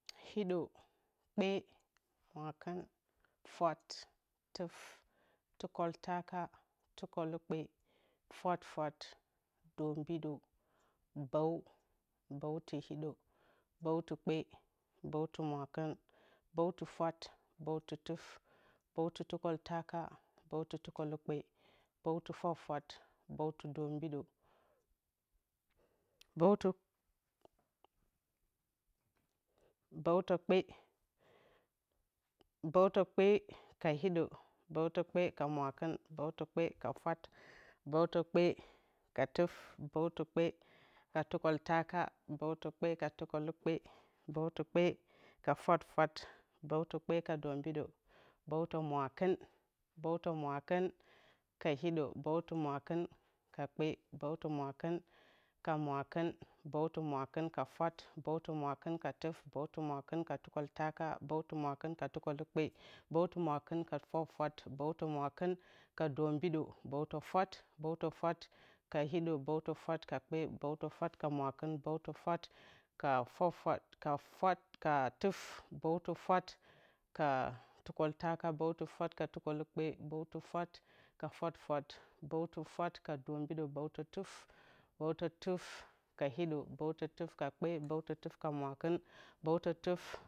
Hiɗo kpe mwakɨn fwat tuf tǝkǝltaka tukǝlukpe fwafwat dǝmɓidǝ bǝw bǝwti hiɗo bǝwti kpe bǝeti mwakɨn bǝwti fwat bǝwti tuf bǝwti tukǝltaka bǝwti tukǝlukpe bǝwti fwafwat bǝwti dombidǝ bǝwtǝ bǝwtǝ kpe ka ha hiɗu bǝwtǝ kpe ka mwakɨn bǝetǝ kpe ka fwat bǝwtǝ kpe ka tuf bǝwtǝ kpe ka tukǝltaka bǝwtǝ kpe ka tukǝlukpe bǝwtǝ kpe ka fwafwat bǝwtǝ kpe ka dombidǝ bǝwtǝ mwakɨn bǝwtǝ mwakɨn ka hiɗǝ bǝwtǝ mwakɨn ka kpe bǝwtǝ mwakɨn ka mwakɨn bǝwtǝ mwakɨn ka fwat bǝwtǝ mwakɨn ka tuf bǝwtǝ mwakɨn ka tukǝltaka bǝwtǝ mwakɨn ka tukǝlukpe bǝwtǝ mwakɨn ka fwafwat bǝwtǝ mwakɨn ka domɓidǝ bǝwto fwat bǝwtǝ fwat ka hiɗǝ bǝwtǝ fwat ka kpe bǝwtǝ fwat ka mwakɨn bǝwtǝ fwat ka fwat bǝwtǝ fwat ka tuf bǝwtǝ fwat ka tukǝltaka bǝwtǝ fwat ka tukǝlukpe bǝwtǝ fwat ka fwafwat bǝwtǝ fwat ka dombidǝ bǝwtǝ tuf bǝwtǝ tuf ka hiɗǝ bǝwtǝ tuf ka kpe bǝwtǝ tuf ka mwakɨn bǝwtǝ tuf